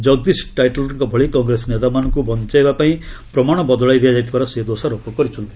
ଜଗଦୀଶ ଟାଇଟଲଙ୍କ ଭଳି କଂଗ୍ରେସ ନେତାମାନଙ୍କୁ ବଞ୍ଚାଇବା ପାଇଁ ପ୍ରମାଣ ବଦଳାଇ ଦିଆଯାଇଥିବାର ସେ ଦୋଷାରୋପ କରିଛନ୍ତି